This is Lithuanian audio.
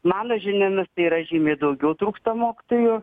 mano žiniomis tai yra žymiai daugiau trūksta mokytojų